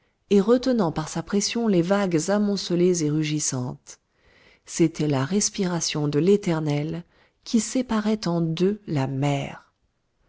et retenant par sa pression les vagues amoncelées et rugissantes c'était la respiration de l'éternel qui séparait en deux la mer